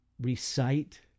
recite